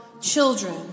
children